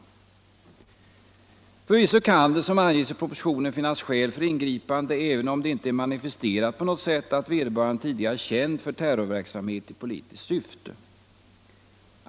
Förvisso kan det, som det anges i propositionen, finnas skäl för ingripande även om det inte är manifesterat på något sätt att vederbörande tidigare är känd för terrorverksamhet i politiskt syfte.